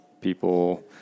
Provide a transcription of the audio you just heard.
people